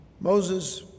Moses